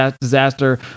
disaster